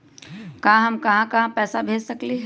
हम कहां कहां पैसा भेज सकली ह?